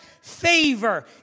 favor